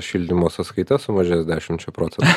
šildymo sąskaita sumažės dešimčia procentų